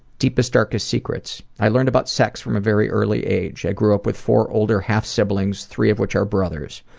deepest, darkest secrets? i learned about sex from a very early age. i grew up with four older half siblings, three of which are brothers.